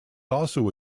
also